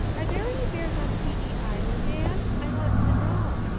are there any bears on p e. island, anne? i want to know.